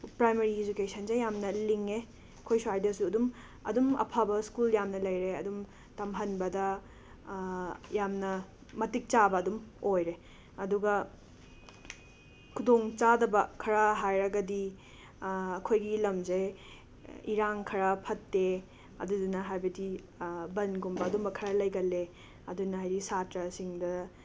primary ꯏꯁꯨꯀꯦꯁꯟꯁꯦ ꯌꯥꯝꯅ ꯂꯤꯡꯉꯦ ꯑꯩꯈꯣꯏ ꯁ꯭ꯋꯥꯏꯗꯁꯨ ꯑꯗꯨꯝ ꯑꯗꯨꯝ ꯑꯐꯕ ꯁ꯭ꯀꯨꯜ ꯌꯥꯝꯅ ꯂꯩꯔꯦ ꯑꯗꯨꯝ ꯇꯝꯍꯟꯕꯗ ꯌꯥꯝꯅ ꯃꯇꯤꯛ ꯆꯥꯕ ꯑꯗꯨꯝ ꯑꯣꯏꯔꯦ ꯑꯗꯨꯒ ꯈꯨꯗꯣꯡꯆꯥꯗꯕ ꯈꯔ ꯍꯥꯏꯔꯒꯗꯤ ꯑꯩꯈꯣꯏꯒꯤ ꯂꯝꯁꯦ ꯏꯔꯥꯡ ꯈꯔ ꯐꯠꯇꯦ ꯑꯗꯨꯗꯨꯅ ꯍꯥꯏꯕꯗꯤ ꯕꯟꯒꯨꯝꯕ ꯑꯗꯨꯒꯨꯝꯕ ꯈꯔ ꯂꯩꯒꯜꯂꯦ ꯑꯗꯨꯅ ꯍꯥꯏꯗꯤ ꯁꯥꯇ꯭ꯔꯁꯤꯡꯗ